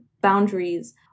boundaries